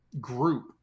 group